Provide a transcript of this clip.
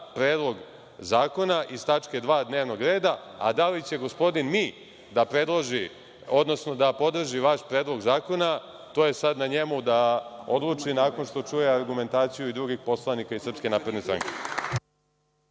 Predlog zakona iz tačke 2. dnevnog reda, a da li će gospodin „mi“ da podrži vaš Predlog zakona, to je sada na njemu da odluči nakon što čuje argumentaciju i drugih poslanika iz Srpske napredne stranke.